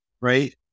Right